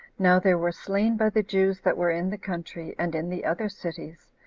now there were slain by the jews that were in the country, and in the other cities,